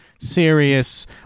serious